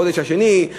החודש השני,